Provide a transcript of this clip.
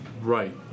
right